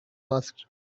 asked